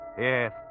Yes